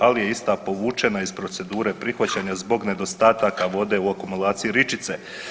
Ali je ista povućena iz procedure prihvaćanja zbog nedostataka vode u akumulaciji Ričice.